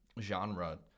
genre